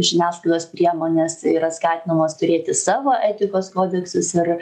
žiniasklaidos priemonės yra skatinamos turėti savo etikos kodeksus ir